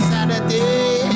Saturday